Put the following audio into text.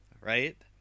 Right